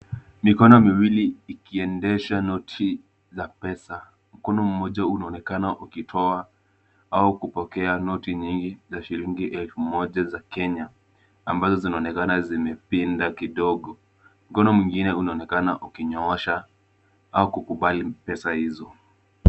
Mikono miwili ikiendesha noti za pesa. Mkono mmoja unaonekana ukitoa au kupokea noti nyingi za shilingi elfu moja za Kenya ambazo zinaonekana zimepinda kidogo. Mkono mwingine unaonekana ukinyoosha au kukubali pesa hizo.